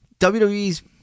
WWE's